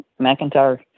McIntyre